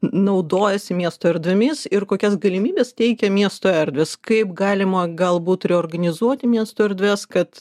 naudojasi miesto erdvėmis ir kokias galimybes teikia miesto erdves kaip galima galbūt reorganizuoti miesto erdves kad